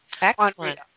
Excellent